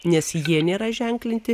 nes jie nėra ženklinti